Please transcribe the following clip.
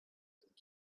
keep